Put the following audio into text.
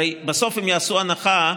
הרי בסוף אם יעשו הנחה,